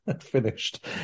finished